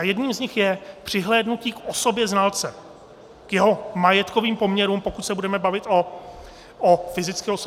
Jedním z nich je přihlédnutí k osobě znalce, k jeho majetkovým poměrům, pokud se budeme bavit o fyzické osobě.